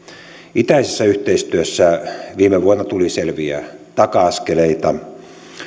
itäisessä yhteistyössä viime vuonna tuli selviä taka askeleita